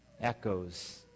echoes